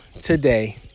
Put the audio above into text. today